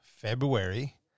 February